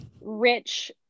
rich